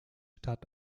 stadt